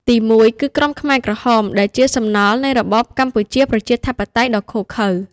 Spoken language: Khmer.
ទីមួយ គឺក្រុមខ្មែរក្រហម ដែលជាសំណល់នៃរបបកម្ពុជាប្រជាធិបតេយ្យដ៏ឃោរឃៅ។